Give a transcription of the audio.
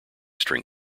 string